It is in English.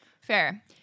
Fair